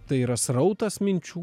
tai yra srautas minčių